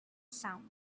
sound